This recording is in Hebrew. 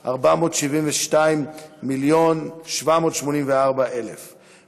לסכום של 472 מיליון ו-784,000 שקלים,